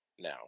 now